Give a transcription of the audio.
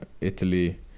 Italy